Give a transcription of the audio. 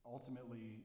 Ultimately